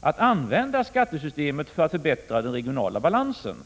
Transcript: att använda skattesystemet för att förbättra den regionala balansen.